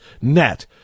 net